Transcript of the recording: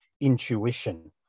intuition